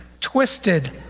twisted